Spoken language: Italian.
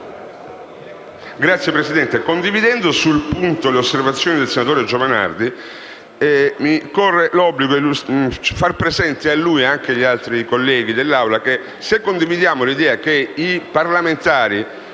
Signora Presidente, condividendo sul punto le osservazioni del senatore Giovanardi, mi corre l'obbligo di fare presente a lui e anche agli altri colleghi dell'Assemblea che se condividiamo l'idea che i parlamentari